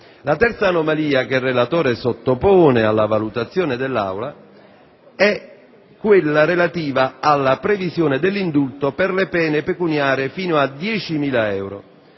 La terza anomalia che il relatore sottopone alla valutazione dell'Aula è quella relativa alla previsione dell'indulto per le pene pecuniarie fino a 10.000 euro,